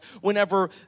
whenever